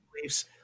beliefs